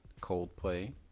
Coldplay